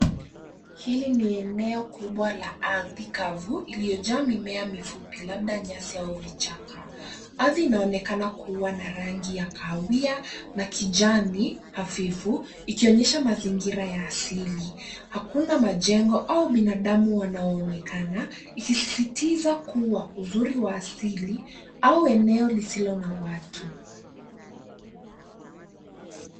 Hili ni eneo kubwa la ardhi kavu iliyojaa mimea mifupi labda nyasi au vichaka. Ardhi inaonekana kuwa na rangi ya kahawia na kijani hafifu ikionyesha mazingira ya asili. Hakuna majengo au binadamu wanaonekana ikisisitiza kuwa uzuri wa asili au eneo lisilo na watu.